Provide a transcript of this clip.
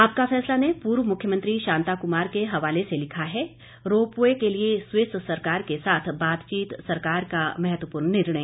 आपका फैसला ने पूर्व मख्यमंत्री शांता कुमार के हवाले से लिखा है रोपवे के लिए स्विस सरकार के साथ बातचीत सरकार का महत्वपूर्ण निर्णय